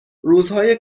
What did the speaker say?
روزهای